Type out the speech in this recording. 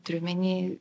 turiu omeny